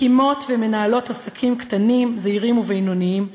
מקימות ומנהלות עסקים קטנים, זעירים ובינוניים,